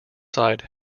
side